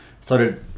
started